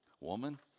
Woman